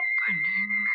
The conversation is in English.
Opening